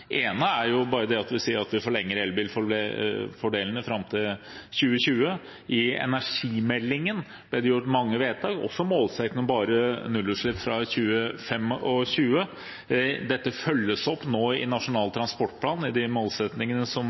ene er at vi forlenger elbil-fordelene fram til 2020. I forbindelse med behandlingen av energimeldingen ble det gjort mange vedtak, også målsettingen om nullutslipp fra 2025. Dette følges nå opp i Nasjonal transportplan, med de målsettingene som er der. Vi har i